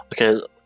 okay